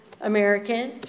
American